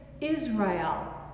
Israel